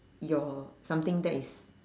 your something that is